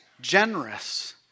generous